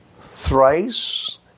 thrice